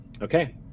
Okay